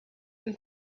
und